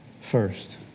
first